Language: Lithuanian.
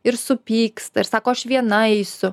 ir supyksta ir sako aš viena eisiu